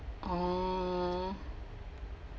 oh